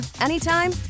anytime